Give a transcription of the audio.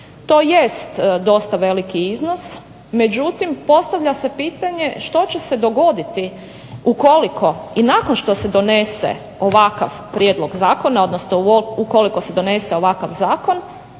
To jest dosta veliki iznos, međutim postavlja se pitanje što će se dogoditi ukoliko i nakon što se donese ovakav prijedlog zakona, odnosno ukoliko se donese ovakav zakon